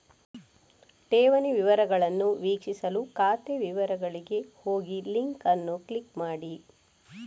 ಠೇವಣಿ ವಿವರಗಳನ್ನು ವೀಕ್ಷಿಸಲು ಖಾತೆ ವಿವರಗಳಿಗೆ ಹೋಗಿಲಿಂಕ್ ಅನ್ನು ಕ್ಲಿಕ್ ಮಾಡಿ